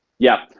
yep.